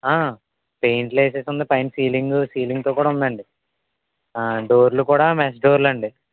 పెయింట్లు వేసేసుంది పైన సీలింగ్ సీలింగ్తో కూడా ఉందండి డోర్లు కూడా మెష్ డోర్లండి